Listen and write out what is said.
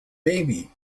baby